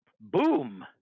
boom